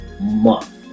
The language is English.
month